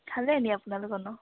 খালে নি আপোনালোকৰ নো